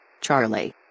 Charlie